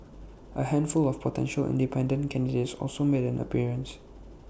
A handful of potential independent candidates also made an appearance